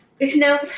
no